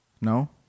No